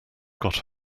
got